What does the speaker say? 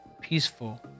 peaceful